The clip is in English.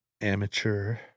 Amateur